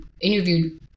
interviewed